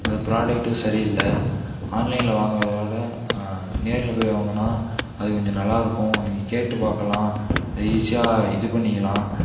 அது ப்ராடெக்ட்டும் சரியில்லை ஆன்லைனில் வாங்கிறத விட நேரில் போய் வாங்கினா அது கொஞ்சம் நல்லாயிருக்கும் நீங்கள் கேட்டு பார்க்கலாம் ஈஸியாக இது பண்ணிக்கலாம்